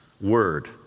word